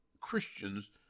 Christians